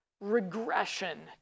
regression